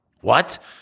What